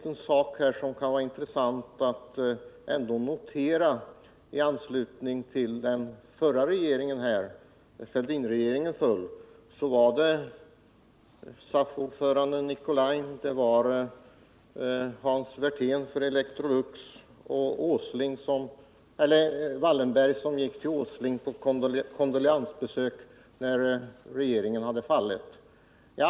En sak som kan vara intressant att notera i sammanhanget är vad som skedde i samband med att regeringen Fälldin föll. SAF-ordföranden Nicolin och Hans Werthén från Electrolux beklagade regeringens fall, och Marcus Wallenberg var hos Nils Åsling på kondoleansbesök och tackade för gjorda insatser.